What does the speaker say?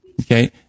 Okay